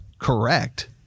correct